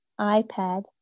iPad